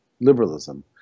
liberalism